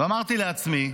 ואמרתי לעצמי: